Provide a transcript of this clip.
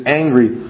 angry